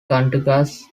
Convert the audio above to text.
contiguous